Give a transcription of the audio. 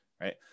right